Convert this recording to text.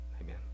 Amen